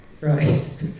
right